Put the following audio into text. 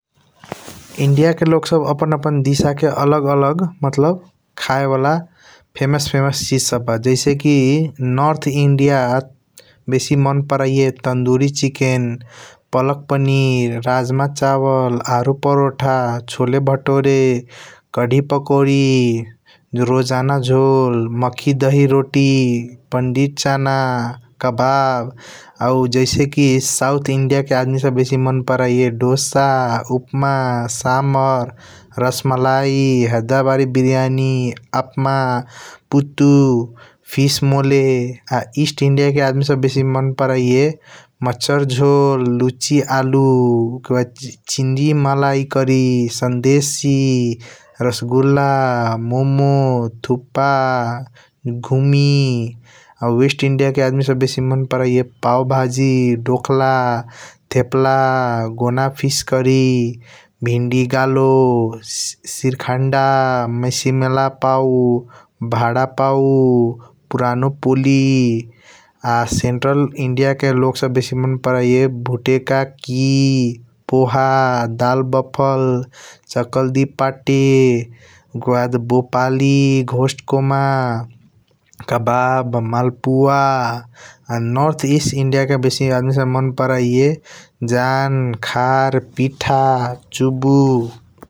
इंडिया के लोग सब आपण अपना दिस के आलग आलग मतलब खाया वाला फेमस फेमस चीज सब बा । जैसे की नॉर्थ इंडिया बेसी मन पारैया तंदूरी चिककेन पालक पनीर राजमा चावल आरु परोठा छोले भटोरे । कड़ी पकौड़ी रोजाना झोल मखी दही रोटी पंडित छन्न कबब उ जैसेकी साउथ इंडिया के आदमी सब बेसी मन परिया । दोस उप्पाम समर रसमालाई हेडबद ब्रियानी आपना पुतु फिश मोल आ एआस्त इंडिया के आदमी सब बेसी मन पारैया । मसर झोल लूची आलू उके बाद चिंदी मलाई कड़ी संदेसी रसगुल मोमो थुप घूमी आ वेसत इंडिया के आदमी सब बेसी मन पारैया । पौवाजी ढोलख थपल गोन फिश करी वंदी गालू सिरखंड मसमेल पौ बाद पौ पुरानो पोली आ सेंट्रल इंडिया के लोग सब बेसी मन पारैया । भूते का के पोहा दल बफल चालक दी पाथी गोयड़ भोपाली गोस्ट कॉम कबब मलपुव आ नॉर्थीस्ट इंडिया के आदमी सब बेसी मन पारैया । जन कहर पीठ चुबउ ।